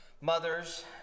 mothers